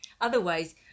otherwise